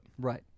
Right